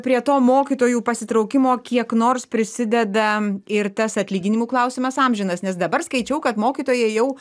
prie to mokytojų pasitraukimo kiek nors prisideda ir tas atlyginimų klausimas amžinas nes dabar skaičiau kad mokytojai jau